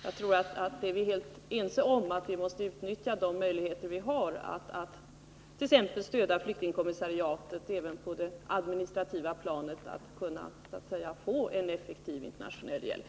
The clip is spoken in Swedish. Jag tror att vi är helt överens om att vi måste utnyttja de möjligheter vi har att t.ex. stödja FN:s flyktingkommissariat även på det administrativa planet för att kunna få till stånd en effektiv internationell hjälp.